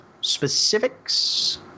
specifics